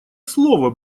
слово